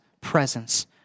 presence